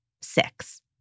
six